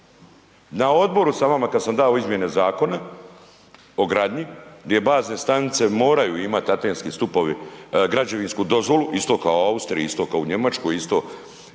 Na odboru sam vama, kad sam dao izmjene Zakona o gradnji di je bazne stanice moraju imati antenski stupovi građevinsku dozvolu, isto kao u Austriji, isto kao u Njemačkoj, isto,